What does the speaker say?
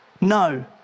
No